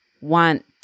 want